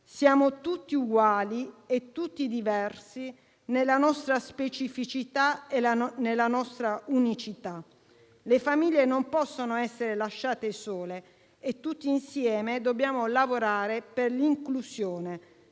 Siamo tutti uguali e tutti diversi nella nostra specificità e nella nostra unicità. Le famiglie non possono essere lasciate sole, e tutti insieme dobbiamo lavorare per l'inclusione.